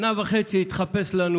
שנה וחצי התחפש לנו